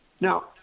Now